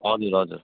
हजुर हजुर